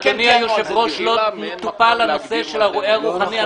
אדוני היושב-ראש, לא טופל הנושא של הרועה הרוחני.